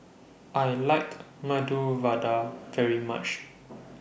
I like Medu Vada very much